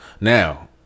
Now